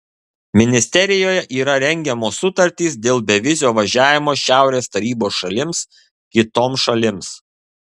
ministerijoje yra rengiamos sutartys dėl bevizio važiavimo šiaurės tarybos šalims kitoms šalims